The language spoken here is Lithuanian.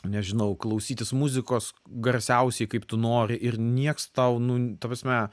nežinau klausytis muzikos garsiausiai kaip tu nori ir nieks tau nu ta prasme